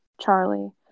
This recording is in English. Charlie